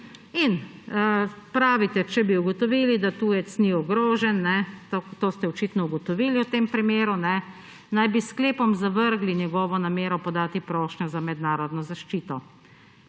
In pravite, če bi ugotovili, da tujec ni ogrožen – to ste očitno ugotovili v tem primeru –, naj bi s sklepom zavrgli njegovo namero podati prošnjo za mednarodno zaščito.